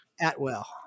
Atwell